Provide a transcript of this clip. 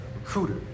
recruiter